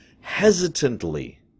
hesitantly